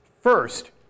First